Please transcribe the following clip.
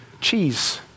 cheese